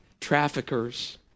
traffickers